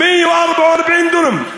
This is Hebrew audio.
לך תלמד היסטוריה.